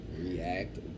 React